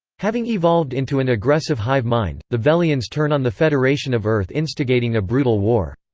having evolved into an aggressive hive mind, the velians turn on the federation of earth instigating a brutal war.